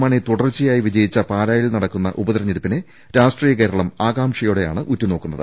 മാണി തുടർച്ചയായി വിജയിച്ച പാലായിൽ നടക്കുന്ന ഉപതിരഞ്ഞെടുപ്പിനെ രാഷ്ട്രീയകേരളം ആകാംക്ഷയോടെയാണ് ഉറ്റുനോക്കുന്നത്